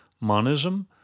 monism